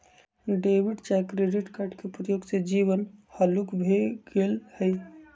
debit चाहे credit card के प्रयोग से जीवन हल्लुक भें गेल हइ